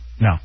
No